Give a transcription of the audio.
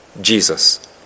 Jesus